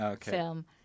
film